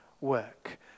work